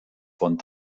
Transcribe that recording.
von